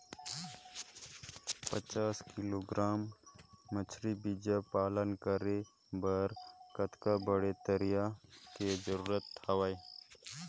पचास किलोग्राम मछरी बीजा पालन करे बर कतका बड़े तरिया के जरूरत हवय?